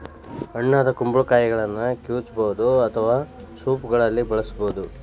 ಹಣ್ಣಾದ ಕುಂಬಳಕಾಯಿಗಳನ್ನ ಕಿವುಚಬಹುದು ಅಥವಾ ಸೂಪ್ಗಳಲ್ಲಿ ಬಳಸಬೋದು